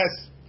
yes